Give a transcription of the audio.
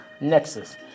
Nexus